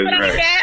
right